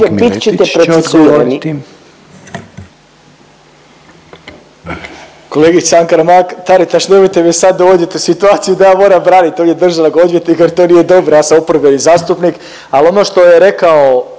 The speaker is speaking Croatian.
Kolegica Anka Mrak-Taritaš nemojte me sad dovoditi u situaciju da ja moram braniti ovdje državnog odvjetnika, jer to nije dobro. Ja sam oporba i zastupnik, ali ono što je rekao